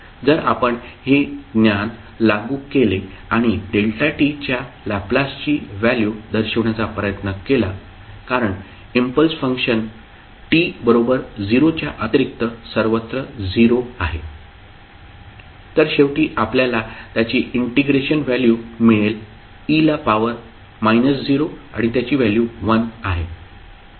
जर आपण हे ज्ञान लागू केले आणि t च्या लॅपलासची व्हॅल्यू दर्शविण्याचा प्रयत्न केला कारण इम्पल्स फंक्शन t बरोबर 0 च्या व्यतिरिक्त सर्वत्र 0 आहे तर शेवटी आपल्याला त्याची इंटिग्रेशन व्हॅल्यू मिळेल e ला पॉवर 0 आणि त्याची व्हॅल्यू 1 आहे